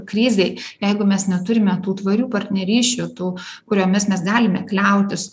krizei jeigu mes neturime tų tvarių partnerysčių tų kuriomis mes galime kliautis